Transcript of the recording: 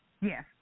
yes